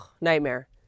nightmare